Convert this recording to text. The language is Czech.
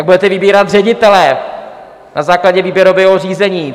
Jak budete vybírat ředitele na základě výběrového řízení.